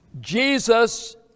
Jesus